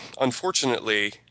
unfortunately